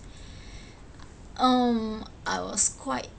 um I was quite